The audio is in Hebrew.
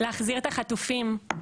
להחזיר את החטופים.